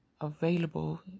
available